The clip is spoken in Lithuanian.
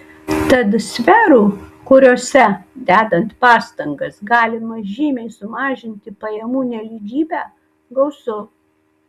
tad sferų kuriose dedant pastangas galima žymiai sumažinti pajamų nelygybę gausu